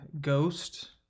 Ghost